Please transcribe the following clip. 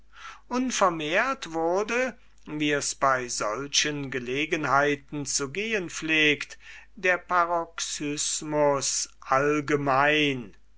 wurde wie es bei solchen gelegenheiten zu gehen pflegt der paroxysmus allgemein